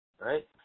right